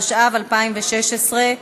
התשע"ו 2016,